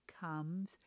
comes